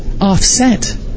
offset